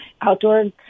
outdoor